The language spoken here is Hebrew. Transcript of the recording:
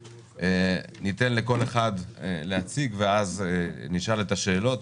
ניתן לכל אחד להציג ואז נשאל את השאלות.